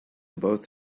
both